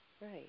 Right